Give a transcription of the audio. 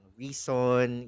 reason